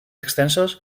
extensos